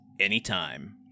Anytime